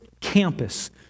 campus